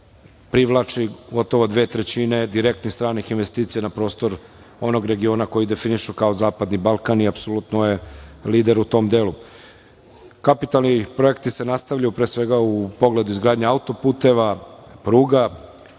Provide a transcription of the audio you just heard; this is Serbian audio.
privlači gotovo 2/3 direktnih stranih investicija na prostor onog regiona koji definišu kao Zapadni Balkan i apsolutno je lider u tom delu. Kapitalni projekti se nastavljaju, pre svega, u pogledu izgradnje autoputeva, pruga,